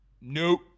Nope